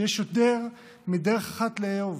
שיש יותר מדרך אחת לאהוב.